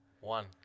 One